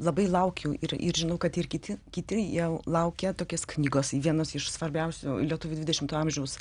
labai laukiu ir ir žinau kad ir kiti kiti jau laukia tokios knygos vienos iš svarbiausių lietuvių dvidešimto amžiaus